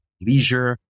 leisure